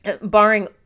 Barring